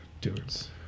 dudes